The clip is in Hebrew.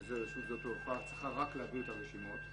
שבזה רשות שדות התעופה צריכה רק להעביר את הרשימות.